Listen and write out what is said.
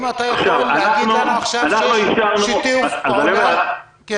שיתוף פעולה טוב עם